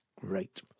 great